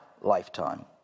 lifetime